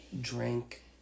drink